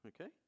okay